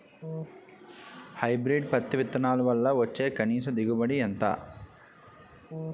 Hybrid పత్తి విత్తనాలు వల్ల వచ్చే కనీస దిగుబడి ఎంత?